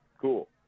Cool